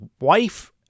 wife